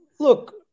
Look